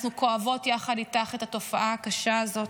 אנחנו כואבות יחד איתך את התופעה הקשה הזאת.